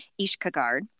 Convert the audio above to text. Ishkagard